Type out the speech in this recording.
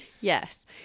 Yes